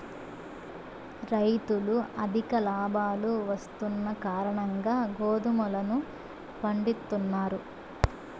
రైతులు అధిక లాభాలు వస్తున్న కారణంగా గోధుమలను పండిత్తున్నారు